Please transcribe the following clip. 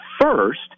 first